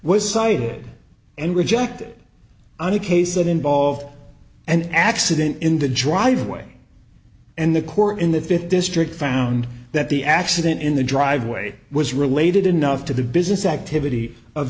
was cited and rejected on a case that involved and accident in the driveway and the court in the fifth district found that the accident in the driveway was related enough to the business activity of